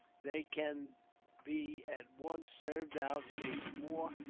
they can be at once served out in case of war,